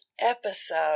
episode